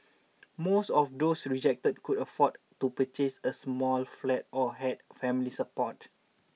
most of those rejected could afford to purchase a small flat or had family support